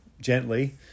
gently